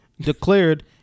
declared